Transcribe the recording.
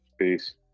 Peace